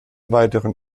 weiteren